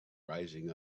rising